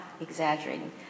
exaggerating